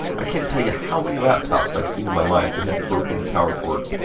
i can't tell you how many laptops i've seen in my life that had broken power ports,